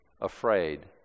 afraid